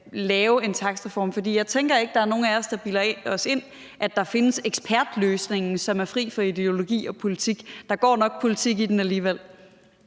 lave en reform? For jeg tænker ikke, at der er nogen af os, der bilder sig ind, at der findes en ekspertløsning, som er fri for ideologi og politik. Der går nok politik i den alligevel.